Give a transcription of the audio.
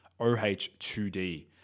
OH2D